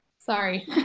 sorry